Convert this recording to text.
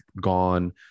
gone